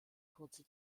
kurze